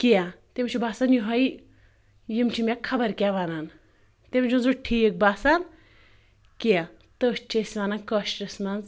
کینٛہہ تٔمِس چھُ باسان یِہوٚے یِم چھِ مےٚ خَبَر کیٛاہ وَنان تٔمِس چھُنہٕ سُہ ٹھیٖک باسان کینٛہہ تٔتھۍ چھِ أسۍ وَنان کٲشرِس منٛز